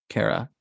Kara